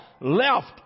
left